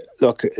look